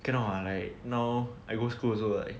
cannot lah like now I go school also like